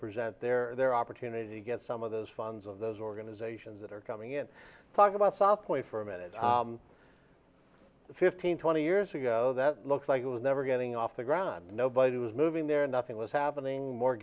present their opportunity to get some of those funds of those organizations that are coming in to talk about software for a minute fifteen twenty years ago that looks like it was never getting off the ground nobody was moving there nothing was happening mor